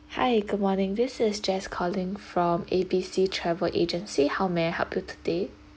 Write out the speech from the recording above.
hi good morning this is jess calling from A B C travel agency how may I help you today